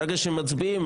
ברגע שמצביעים,